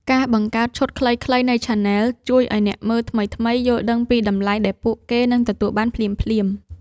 ការបង្កើត ឈុតខ្លីៗ នៃឆានែល ជួយឱ្យអ្នកមើលថ្មីៗយល់ដឹងពីតម្លៃដែលពួកគេនឹងទទួលបានភ្លាមៗ។